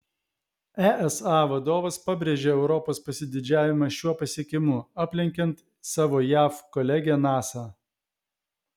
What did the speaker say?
esa vadovas pabrėžė europos pasididžiavimą šiuo pasiekimu aplenkiant savo jav kolegę nasa